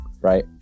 Right